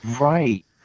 right